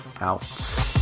out